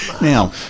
Now